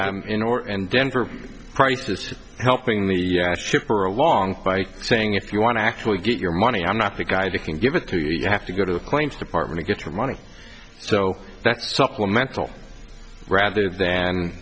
need in order and denver price to helping me yeah shipper along by saying if you want to actually get your money i'm not the guy that can give it to you you have to go to the claims department to get your money so that's supplemental rather than